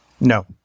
No